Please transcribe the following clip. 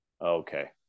Okay